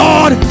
Lord